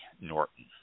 Norton